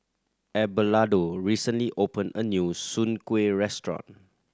Abelardo recently opened a new Soon Kueh restaurant